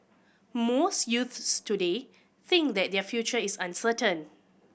most youths today think that their future is uncertain